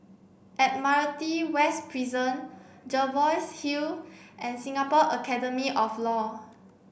Admiralty West Prison Jervois Hill and Singapore Academy of Law